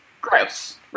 Gross